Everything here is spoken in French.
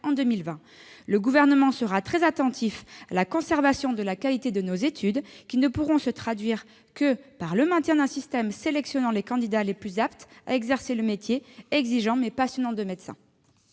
2020. Le Gouvernement sera très attentif à la conservation de la qualité de nos études, laquelle ne pourra se traduire que par le maintien d'un système sélectionnant les candidats les plus aptes à exercer le métier exigeant, mais passionnant, de médecin.